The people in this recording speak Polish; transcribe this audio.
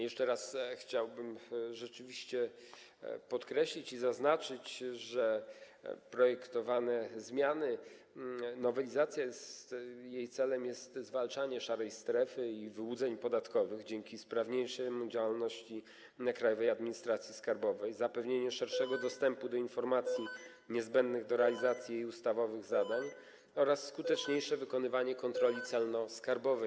Jeszcze raz chciałbym rzeczywiście podkreślić i zaznaczyć, że celem projektowanej zmiany, nowelizacji jest zwalczanie szarej strefy i wyłudzeń podatkowych dzięki sprawniejszej działalności Krajowej Administracji Skarbowej, zapewnienie szerszego dostępu do informacji niezbędnych do realizacji jej ustawowych zadań oraz skuteczniejsze wykonywanie kontroli celno-skarbowej.